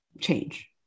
change